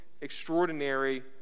extraordinary